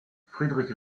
friedrich